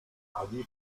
allí